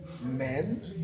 men